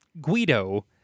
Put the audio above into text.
Guido